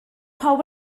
pawb